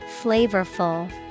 Flavorful